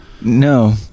no